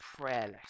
prayerless